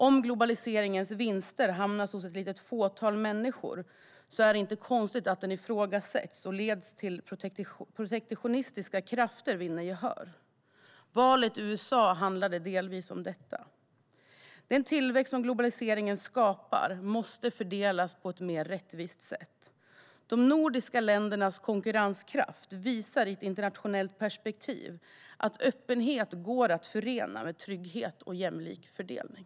Om globaliseringens vinster hamnar hos ett fåtal människor är det inte konstigt att det ifrågasätts och leder till att protektionistiska krafter vinner gehör. Valet i USA handlade delvis om detta. Den tillväxt som globaliseringen skapar måste fördelas på ett mer rättvist sätt. De nordiska ländernas konkurrenskraft visar i ett internationellt perspektiv att öppenhet går att förena med trygghet och jämlik fördelning.